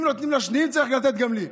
אם נותנים לשניים, צריך לתת גם לי.